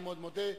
אני מאוד מודה.